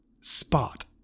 spot